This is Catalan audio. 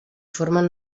formen